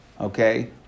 okay